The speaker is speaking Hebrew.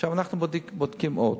עכשיו אנחנו בודקים עוד.